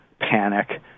panic